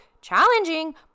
challenging